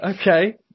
Okay